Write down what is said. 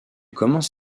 commence